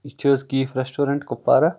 یہِ چھِ حظ کیٖف ریسٹورنٹ کۄپوارا